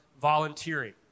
volunteering